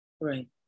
Right